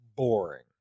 Boring